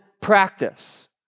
practice